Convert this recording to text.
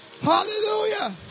Hallelujah